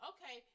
Okay